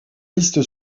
liste